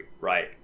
right